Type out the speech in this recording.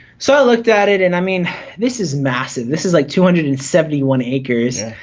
so i looked at it and i mean this is massive. this is like two hundred and seventy one acres,